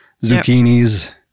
zucchinis